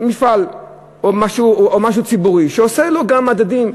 מפעל או משהו ציבורי שעושה לו גם מדדים,